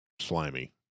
slimy